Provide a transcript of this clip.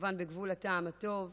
כמובן בגבול הטעם הטוב.